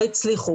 לא הצליחו,